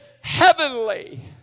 heavenly